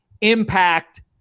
impact